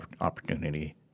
opportunity